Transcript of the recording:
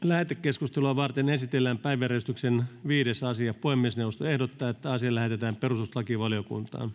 lähetekeskustelua varten esitellään päiväjärjestyksen viides asia puhemiesneuvosto ehdottaa että asia lähetetään perustuslakivaliokuntaan